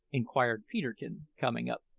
inquired peterkin, coming up.